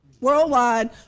Worldwide